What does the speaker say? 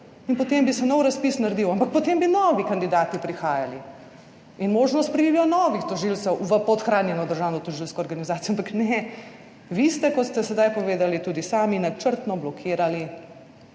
in potem bi se nov razpis naredil, ampak potem bi novi kandidati prihajali in možnost priliva novih tožilcev v podhranjeno državno tožilsko organizacijo, ampak ne, vi ste, kot ste sedaj povedali, tudi sami načrtno blokirali